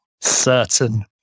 certain